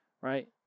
right